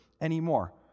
Anymore